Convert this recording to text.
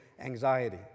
anxiety